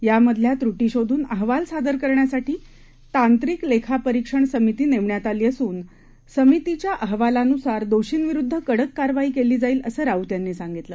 यामधल्या त्रुटी शोधून अहवाल सादर करण्यासाठी तांत्रिक लेखापरीक्षण समिती नेमण्यात आली असून समितीच्या अहवालानुसार दोषींविरुद्ध कडक कारवाई केली जाईल असं राऊत यांनी सांगितलं